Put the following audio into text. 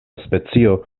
specio